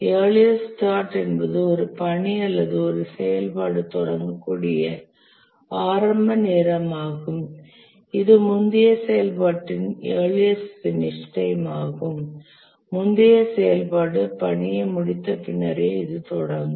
earliest start என்பது ஒரு பணி அல்லது ஒரு செயல்பாடு தொடங்கக்கூடிய ஆரம்ப நேரம் ஆகும் இது முந்தைய செயல்பாட்டின் இயர்லியஸ்ட் பினிஷ் டைம் ஆகும் முந்தைய செயல்பாடு பணியை முடித்த பின்னரே இது தொடங்கும்